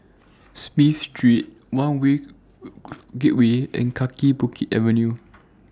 Smith Street one North Gateway and Kaki Bukit Avenue